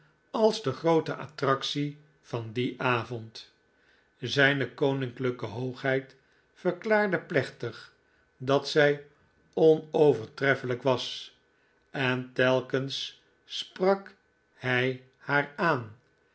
als de groote attractie van dien avond zijne koninklijke hoogheid verklaarde plechtig dat zij onovertreffelijk was en telkens sprak hij haar aan